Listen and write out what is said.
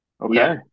Okay